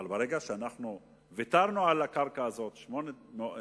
אבל ברגע שוויתרנו על הקרקע הזאת, 800,000,